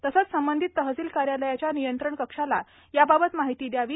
तसेच संबंधित तहसील कार्यालयाच्या नियंत्रण कक्षाला याबाबत माहिती द्यावी